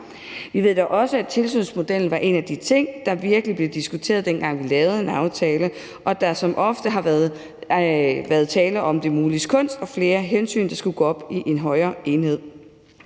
Vi ved da også, at tilsynsmodellen var en af de ting, der virkelig blev diskuteret, dengang vi lavede en aftale, og at der som oftest har været tale om det muliges kunst og flere hensyn, der skulle gå op i en højere enhed.